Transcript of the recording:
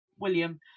William